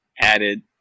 added